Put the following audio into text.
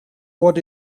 what